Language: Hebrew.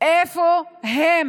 איפה הם